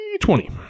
Twenty